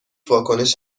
واکنش